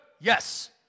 yes